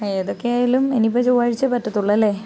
ഏതൊകെ ആയാലും ഇനി ഇപ്പോൾ ചൊവ്വാഴ്ച്ചയെ പറ്റത്തുള്ളൂ അല്ലേ